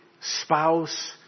spouse